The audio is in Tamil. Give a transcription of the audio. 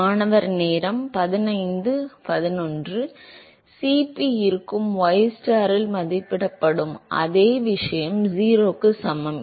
மாணவர் Cf இருக்கும் ystar இல் மதிப்பிடப்படும் அதே விஷயம் 0 க்கு சமம்